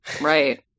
Right